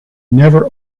never